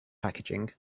packaging